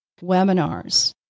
Webinars